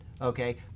okay